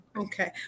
Okay